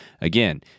again